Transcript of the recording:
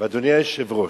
אדוני היושב-ראש,